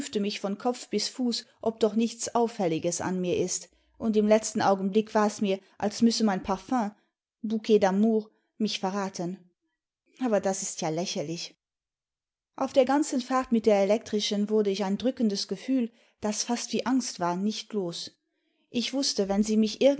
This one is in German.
von kopf zu fuß ob doch nichts auffälliges an mir ist und im letzten augenblick war's mir als müsse mein parfüm bouquet d'amour mich verraten aber das ist ja lächerlich auf der ganzen fahrt mit der elektrischen wurde ich ein drückendes gefühl das fast wie angst war nicht los ich wußte wenn sie mich